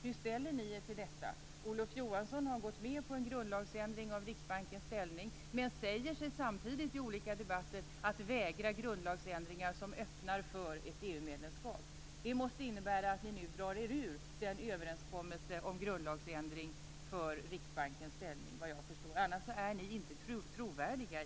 Hur ställer ni er till detta? Olof Johansson har gått med på en grundlagsändring av Riksbankens ställning men säger sig samtidigt i olika debatter att vägra grundlagsändringar som öppnar för ett EMU-medlemskap. Det måste innebära att ni nu drar er ur överenskommelsen om grundlagsändring för Riksbankens ställning. Annars är ni inte trovärdiga.